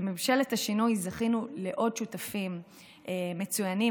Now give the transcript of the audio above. בממשלת השינוי זכינו לעוד שותפים מצוינים,